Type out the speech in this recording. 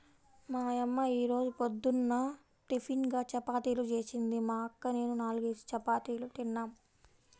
మా యమ్మ యీ రోజు పొద్దున్న టిపిన్గా చపాతీలు జేసింది, మా అక్క నేనూ నాల్గేసి చపాతీలు తిన్నాం